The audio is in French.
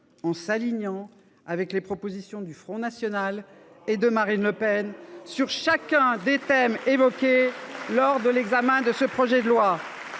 consciencieusement les propositions du Front national et de Marine Le Pen sur chaque thème évoqué lors de l’examen de ce projet de loi.